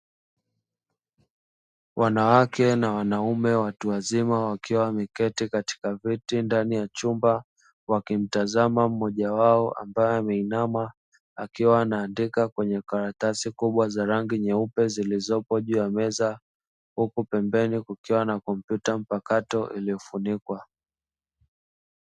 Wanawake na wanaume watu wazima wakiwa wameketi katika viti ndani ya chumba, wakimtazama mmoja wao ambae ameinama akiwa anaandika kwenye karatasi kubwa za rangi nyeupe zilizopo juu ya meza, huku pembeni kukiwa na kompyuta mpakato iliyofunikwa.